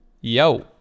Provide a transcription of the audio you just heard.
Yo